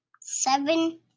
Seven